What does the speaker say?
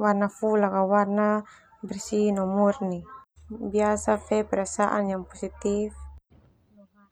warna fulak ah warna bersih no murni biasa fe perasaan yang positif.